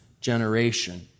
generation